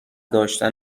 داشتن